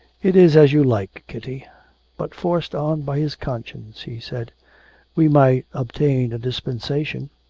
it is as you like, kitty but forced on by his conscience, he said we might obtain a dispensation.